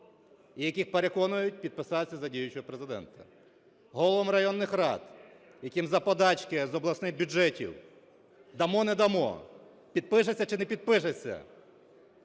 яких переконують підписатися за діючого Президента головам районних рад, яким за подачки з обласних бюджетів – дамо, не дамо, підпишеться чи не підпишеться